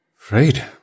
Afraid